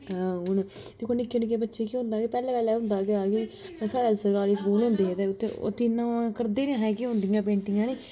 हून दिक्खो निक्के निक्के बच्चे केह् होंदा कि पैह्लै पैह्लै होंदा कि साढ़ा सरकारी स्कूल होंदे हे ते उत्थै इ'यां करदे नैहे होंदियां पेंटिंगां